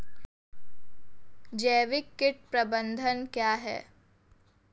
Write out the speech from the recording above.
जैविक कीट प्रबंधन क्या है?